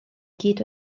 gyd